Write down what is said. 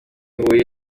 huye